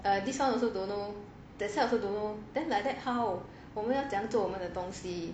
err this one also don't know that one I also don't know then like that how 我们要怎样做我们的东西